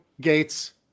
Gates